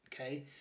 Okay